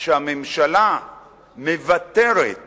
שהממשלה מוותרת